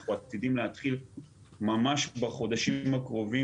אנחנו עתידים להתחיל ממש בחודשים הקרובים